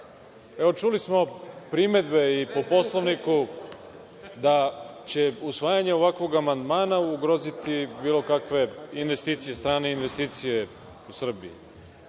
Čuli smo primedbe i po Poslovniku da će usvajanje ovakvog amandmana ugroziti bilo kakve investicije, strane investicije u Srbiji.